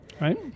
right